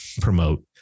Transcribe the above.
promote